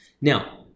Now